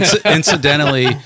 incidentally